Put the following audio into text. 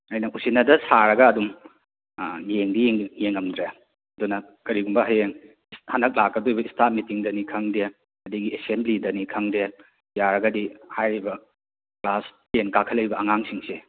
ꯑꯩꯅ ꯎꯁꯤꯟꯅꯗ ꯁꯥꯔꯒ ꯑꯗꯨꯝ ꯌꯦꯡꯗꯤ ꯌꯦꯡꯉꯝꯗ꯭ꯔꯦ ꯑꯗꯨꯅ ꯀꯔꯤꯒꯨꯝꯕ ꯍꯌꯦꯡ ꯍꯟꯗꯛ ꯂꯥꯛꯀꯗꯧꯔꯤꯕ ꯏꯁꯇꯥꯞ ꯃꯤꯇꯤꯡꯗꯅꯤ ꯈꯪꯗꯦ ꯑꯗꯒꯤ ꯑꯦꯁꯦꯝꯕ꯭ꯂꯤꯗꯅꯤ ꯈꯪꯗꯦ ꯌꯥꯔꯒꯗꯤ ꯍꯥꯏꯔꯤꯕ ꯀ꯭ꯂꯥꯁ ꯇꯦꯟ ꯀꯥꯈꯠꯂꯛꯏꯕ ꯑꯉꯥꯡꯁꯤꯡꯁꯦ